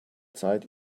zeit